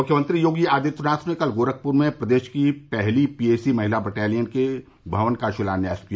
मुख्यमंत्री योगी आदित्यनाथ ने कल गोरखपुर में प्रदेश की पहली पीएसी महिला बटालियन के भवन का शिलान्यास किया